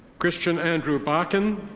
christian andrew balkin.